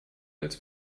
als